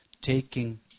taking